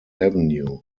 avenue